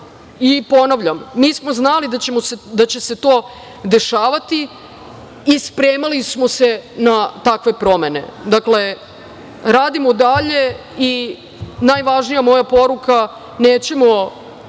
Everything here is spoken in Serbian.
i ponavljam, mi smo znali da će se to dešavati i spremali smo se na takve promene. Dakle, radimo dalje i najvažnija moja poruka – nećemo